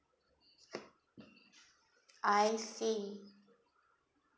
I see